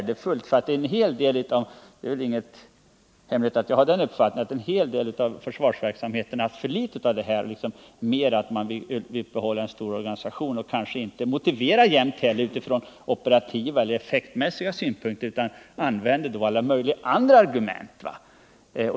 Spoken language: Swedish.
Det är ingen hemlighet att jag har den uppfattningen att en hel del av försvarsverksamheten alltför mycket präglas av en inriktning på att upprätthålla en stor organisation, som kanske inte alltid är motiverad ur effektmässiga och operativa synpunkter utan av alla möjliga andra hänsyn.